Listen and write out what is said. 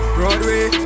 Broadway